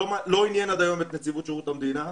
לא עניין עד היום את נציבות שירות המדינה.